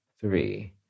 three